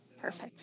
Perfect